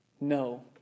No